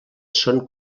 són